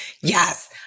Yes